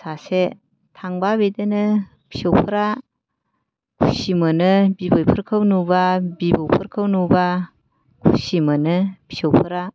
सासे थांबा बिदिनो फिसौफ्रा खुसि मोनो बिबैफोरखौ नुबा बिबौफोरखौ नुबा खुसिमोनो फिसौफोरा